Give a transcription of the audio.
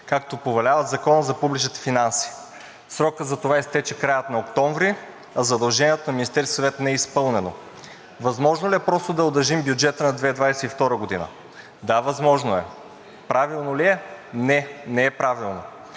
както повелява Законът за публичните финанси. Срокът за това изтече края на октомври, а задължението на Министерския съвет не е изпълнено. Възможно ли е просто да удължим бюджета на 2022 г.? Да, възможно е. Правилно ли е? Не, не е правилно!